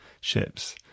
ships